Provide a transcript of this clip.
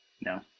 No